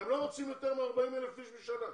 הם לא רוצים יותר מ-40,000 אנשים בשנה.